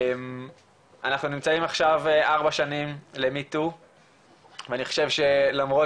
אנחנו נמצאים עכשיו 4 שנים למי-טו ואני חושב שלמרות